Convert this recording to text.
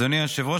אדוני היושב-ראש,